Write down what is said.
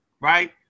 right